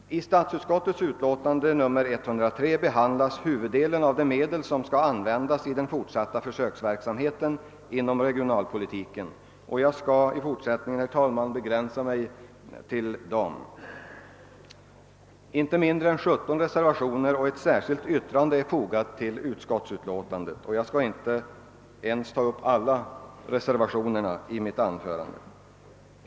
I statsutskottets utlåtande nr 103 behandlas huvuddelen av de medel som skall användas i den fortsatta försöksverksamheten inom regionalpolitiken, och jag skall i fortsättningen begränsa mig till att beröra dessa. Inte mindre än 17 reservationer och ett särskilt yttrande har fogats till utlåtandet. Jag skall inte ens ta upp alla reservationerna i mitt anförande.